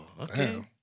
Okay